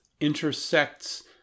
intersects